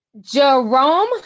Jerome